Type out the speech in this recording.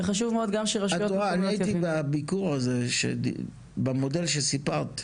וחשוב שגם רשויות מקומיות --- הייתי במודל שסיפרת,